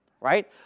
right